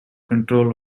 control